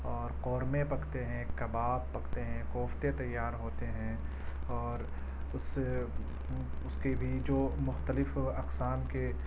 اور قورمے پکتے کباب پکتے ہیں کوفتے تیار ہوتے ہیں اور اس سے اس کی بھی جو مختلف اقسام کے